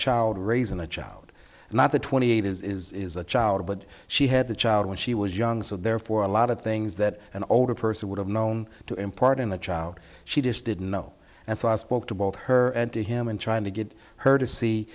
child raising a child and that the twenty eight is a child but she had the child when she was young so therefore a lot of things that an older person would have known to impart in a child she just didn't know and so i spoke to both her and to him and trying to get her to see